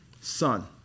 Son